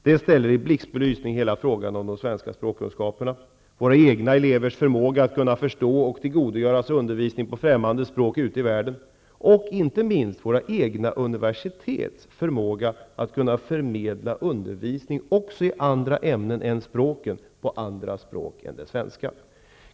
Det ställer frågan om de svenska språkkunskaperna i blixtbelysning -- våra egna elevers förmåga att förstå och tillgodogöra sig undervisning på främmande språk ute i världen och inte minst våra egna universitets förmåga att förmedla undervisning också i andra ämnen än språken på andra språk än det svenska.